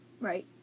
Right